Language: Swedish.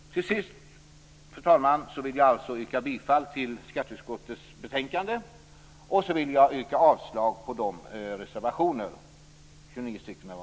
Allra sist, fru talman, vill jag yrka bifall till skatteutskottets hemställan och avslag på de 23 reservationerna.